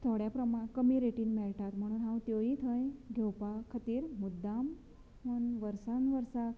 थोड्या प्रमा कमी रेटीन मेळटा म्हणून हांव त्योयी थंय घेवपा खातीर मुद्दाम वर्सान वर्साक